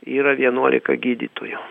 yra vienuolika gydytojų